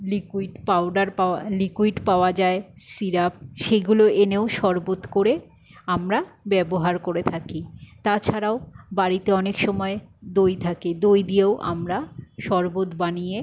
liquid powder পাওয়া liquid পাওয়া যায় সিরাপ সেগুলো এনেও শরবত করে আমরা ব্যবহার করে থাকি তাছাড়াও বাড়িতে অনেক সময় দই থাকে দই দিয়েও আমরা শরবত বানিয়ে